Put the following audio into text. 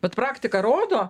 bet praktika rodo